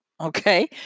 Okay